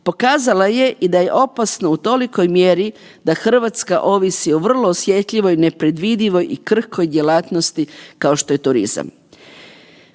Pokazala je i da je opasno u tolikoj mjeri da RH ovisi o vrlo osjetljivoj, nepredvidivoj i krhkoj djelatnosti kao što je turizam.